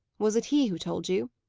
was it he who told you?